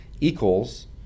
equals